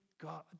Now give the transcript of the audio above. God